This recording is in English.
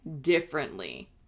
differently